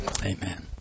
Amen